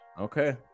Okay